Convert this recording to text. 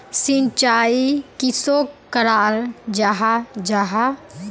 सिंचाई किसोक कराल जाहा जाहा?